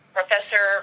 Professor